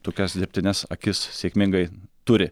tokias dirbtines akis sėkmingai turi